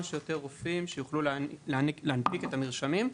שיותר רופאים שיוכלו להנפיק את המרשמים,